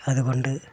അതുകൊണ്ട്